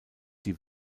die